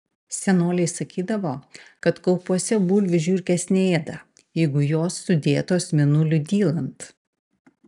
senoliai sakydavo kad kaupuose bulvių žiurkės neėda jeigu jos sudėtos mėnuliui dylant